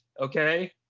Okay